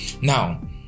Now